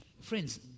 Friends